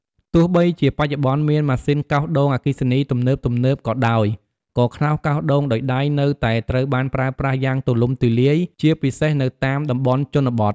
ទោះបីជាបច្ចុប្បន្នមានម៉ាស៊ីនកោសដូងអគ្គិសនីទំនើបៗក៏ដោយ ក៏ខ្នោសកោសដូងដោយដៃនៅតែត្រូវបានប្រើប្រាស់យ៉ាងទូលំទូលាយ ជាពិសេសនៅតាមតំបន់ជនបទ។